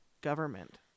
government